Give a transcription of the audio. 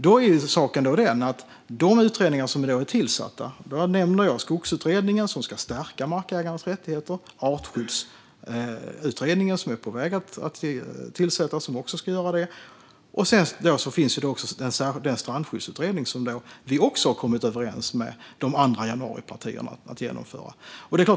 När det gäller de utredningar som är tillsatta nämner jag Skogsutredningen, som ska stärka markägarens rättigheter, och artskyddsutredningen, som är på väg att tillsättas och som också ska göra det. Det finns även en särskild strandskyddsutredning som vi har kommit överens med de andra januaripartierna om att genomföra.